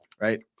right